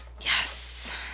Yes